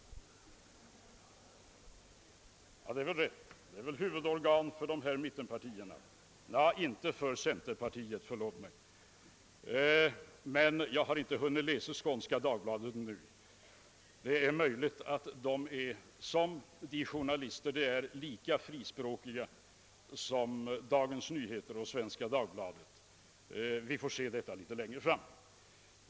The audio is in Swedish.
Det är väl rätt, det är väl huvudorgan för dessa partier — ja, inte för centerpartiet, förlåt mig — men jag har inte hunnit läsa Skånska Dagbladet ännu. Det är möjligt att de, som de journalister de är, är lika frispråkiga som Dagens Nyheter och Svenska Dagbladet. Vi får väl se detta litet längre fram.